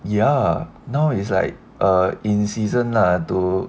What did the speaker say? ya now is like err in season lah to